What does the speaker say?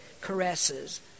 caresses